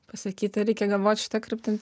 pasakyti reikia galvot šita kryptim